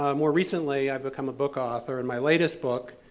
ah more recently, i've become a book author. and my latest book